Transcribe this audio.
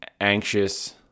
anxious